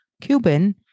Cuban